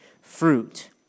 fruit